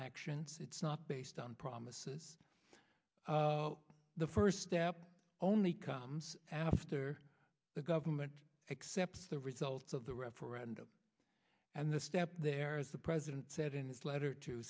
actions it's not based on promises the first step only comes after the government accepts the results of the referendum and the step there as the president said in his letter to